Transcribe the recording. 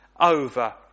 over